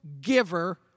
giver